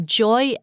joy